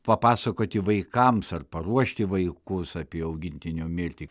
papasakoti vaikams ar paruošti vaikus apie augintinio mirtį